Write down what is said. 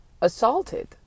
assaulted